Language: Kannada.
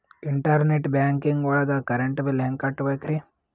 ಇಂಟರ್ನೆಟ್ ಬ್ಯಾಂಕಿಂಗ್ ಒಳಗ್ ಕರೆಂಟ್ ಬಿಲ್ ಹೆಂಗ್ ಕಟ್ಟ್ ಬೇಕ್ರಿ?